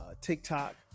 TikTok